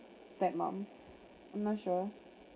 step mum I'm not sure